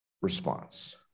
response